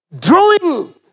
Drawing